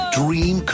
dream